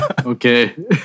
Okay